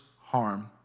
harm